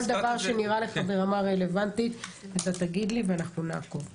תגיד לי כל דבר שנראה לך רלוונטי ונעקוב מפה.